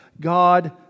God